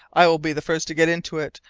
i will be the first to get into it,